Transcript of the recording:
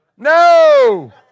No